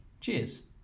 Cheers